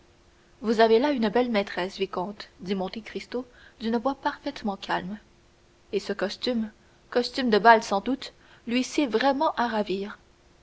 vous avez là une belle maîtresse vicomte dit monte cristo d'une voix parfaitement calme et ce costume costume de bal sans doute lui sied vraiment à ravir